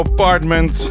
Apartment